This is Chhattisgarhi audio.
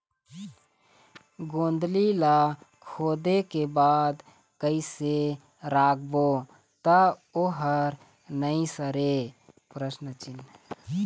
गोंदली ला खोदे के बाद कइसे राखबो त ओहर नई सरे?